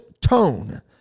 tone